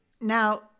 Now